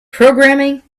programming